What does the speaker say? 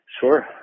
Sure